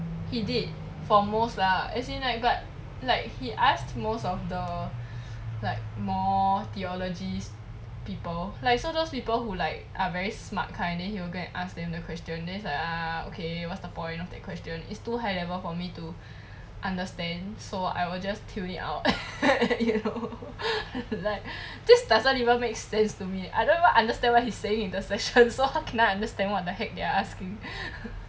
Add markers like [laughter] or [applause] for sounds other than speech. he did for most lah as in like but like he asked most of the more theologies people like so those people who like are very smart kind the he will go and ask them the question then is like ah okay what's the point of their question is too high level for me to understand so I will just tune it out [laughs] you know like just doesn't even make sense to me I don't even understand what he saying in the session so how can I understand what the heck they're asking